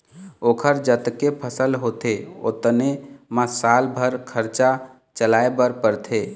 ओखर जतके फसल होथे ओतने म साल भर खरचा चलाए बर परथे